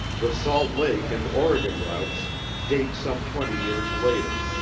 the salt lake and oregon routes date some twenty years later,